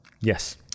Yes